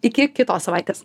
iki kitos savaitės